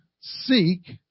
seek